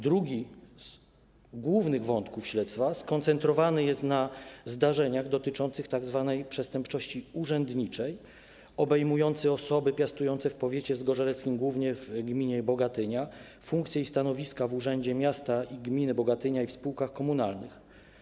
Drugi z głównych wątków śledztwa skoncentrowany jest na zdarzeniach dotyczących tzw. przestępczości urzędniczej i obejmuje osoby piastujące w powiecie zgorzeleckim, głównie w gminie Bogatynia, funkcje i stanowiska w Urzędzie Miasta i Gminy Bogatynia i spółkach komunalnych.